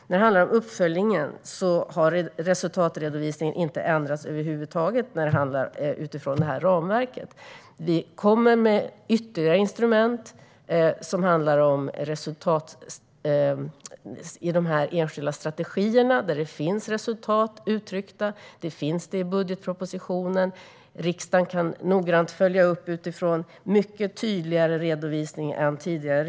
När det handlar om uppföljningen har resultatredovisningen inte ändrats över huvud taget utifrån ramverket. Vi kommer med ytterligare instrument som handlar om resultat i de enskilda strategierna där det finns resultat uttryckta. Det finns i budgetpropositionen, och riksdagen kan noggrant följa upp detta utifrån mycket tydligare redovisning än tidigare.